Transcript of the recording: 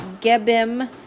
Gebim